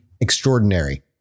extraordinary